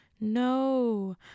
no